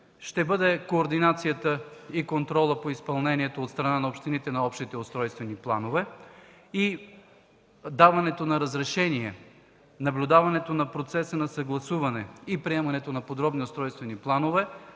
ще бъдат координацията и контролът по изпълнение от страна на общините на общите устройствени планове и даването на разрешения, наблюдаването на процеса на съгласуване и приемането на подробни устройствени планове